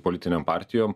politinėm partijom